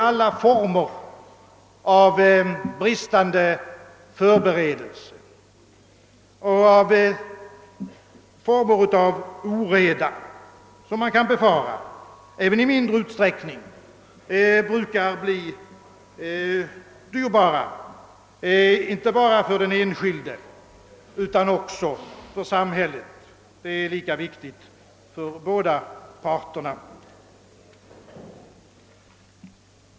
Alla former av bristande förberedelse och därav betingad oreda, som man kan befara, brukar även i mindre utsträckning bli dyrbara inte bara för den enskilde utan också för samhället. Det är lika viktigt för båda parterna, att sådant undvikes.